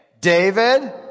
David